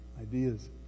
ideas